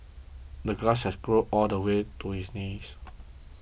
the grass had grown all the way to his knees